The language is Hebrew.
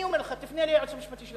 אני אומר לך: תפנה ליועץ המשפטי של הכנסת.